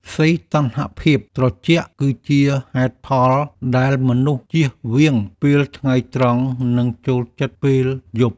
សីតុណ្ហភាពត្រជាក់គឺជាហេតុផលដែលមនុស្សជៀសវាងពេលថ្ងៃត្រង់ និងចូលចិត្តពេលយប់។